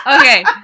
Okay